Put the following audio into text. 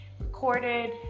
recorded